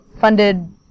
funded